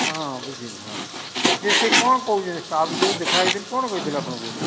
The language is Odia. ହଁ ବୁଝିଲି ହଁ ୟେ ସେ କ'ଣ କହୁଛନ୍ତି ଷ୍ଟାଫ୍ ଯେଉଁ ଦେଖା ହେଇଥିଲେ କ'ଣ କହିଥିଲେ ଆପଣଙ୍କୁ